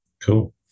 cool